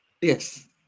Yes